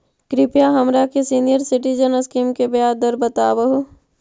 कृपा हमरा के सीनियर सिटीजन स्कीम के ब्याज दर बतावहुं